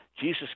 Jesus